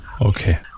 Okay